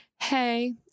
hey